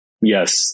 yes